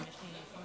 שהשרה